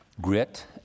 grit